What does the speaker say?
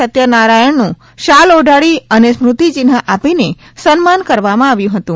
સત્યનારાયણનું સાલ ઓઢાડી અને સ્મૃતિચિહ્ન આપીને સન્માન કરવામાં આવ્યું હતું